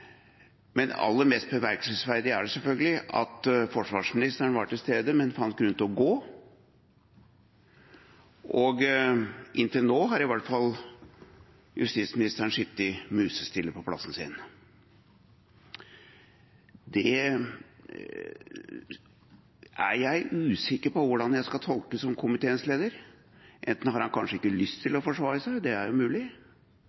Men aller mest bemerkelsesverdig er det selvfølgelig at forsvarsministeren var til stede, men fant grunn til å gå. Og i hvert fall inntil nå har justisministeren sittet musestille på plassen sin. Det er jeg usikker på hvordan jeg som komiteens leder skal tolke. Enten har han kanskje ikke lyst til